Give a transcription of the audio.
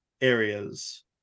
areas